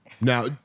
Now